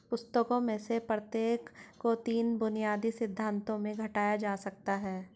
पुस्तकों में से प्रत्येक को तीन बुनियादी सिद्धांतों में घटाया जा सकता है